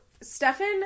Stefan